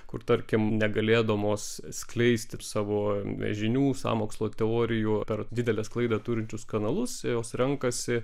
kur tarkim negalėdamos skleisti ir savo žinių sąmokslo teorijų per didelę sklaidą turinčius kanalus jos renkasi